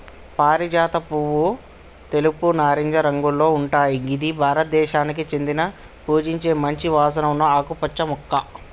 పారిజాత పువ్వు తెలుపు, నారింజ రంగులో ఉంటయ్ గిది భారతదేశానికి చెందిన పూజించే మంచి వాసన ఉన్న ఆకుపచ్చ మొక్క